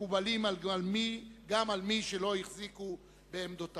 מקובלים גם על מי שלא החזיקו בעמדותיו.